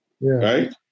Right